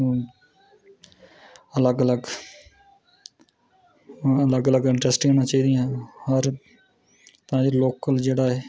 अलग अलग अलग अलग इंडस्ट्रियां होनियां चाही दियां हर तां जे लोकल जेह्ड़ा ऐ